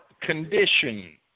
condition